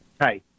Hi